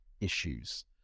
issues